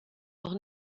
noch